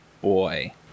boy